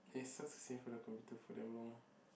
and it sucks to sit in front of the computer for damn long